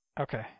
Okay